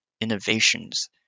innovations